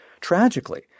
Tragically